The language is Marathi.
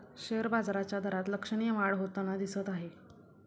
शेअर बाजाराच्या दरात लक्षणीय वाढ होताना दिसत आहे